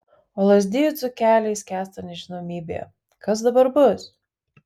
o lazdijų dzūkeliai skęsta nežinomybėje kas dabar bus